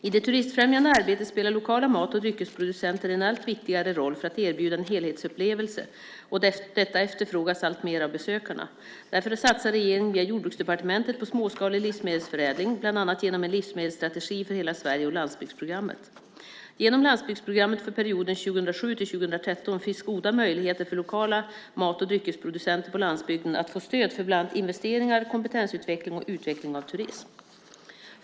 I det turistfrämjande arbetet spelar lokala mat och dryckesproducenter en allt viktigare roll för att erbjuda en helhetsupplevelse, och detta efterfrågas alltmer av besökarna. Därför satsar regeringen via Jordbruksdepartementet på småskalig livsmedelsförädling, bland annat genom en livsmedelsstrategi för hela Sverige och landsbygdsprogrammet. Genom landsbygdsprogrammet för perioden 2007-2013 finns goda möjligheter för lokala mat och dryckesproducenter på landsbygden att få stöd för bland annat investeringar, kompetensutveckling och utveckling av turism.